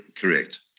Correct